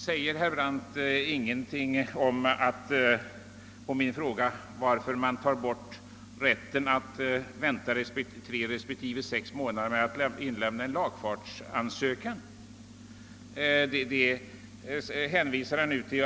Herr Brandt svarade inte på min fråga, varför man vill ta bort rätten att vänta tre respektive sex månader med att inlämna en lagfartsansökan.